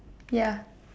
ya